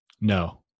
No